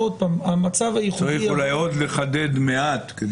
צריך אולי עוד לחדד מעט.